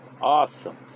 awesome